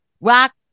Rock